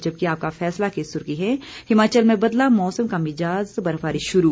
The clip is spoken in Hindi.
जबकि आपका फैसला की सुर्खी है हिमाचल में बदला मौसम का मिज़ाज बर्फबारी शुरू